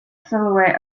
silhouette